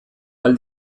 ahal